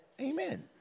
Amen